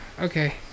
Okay